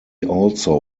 also